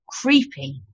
creepy